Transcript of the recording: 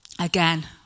again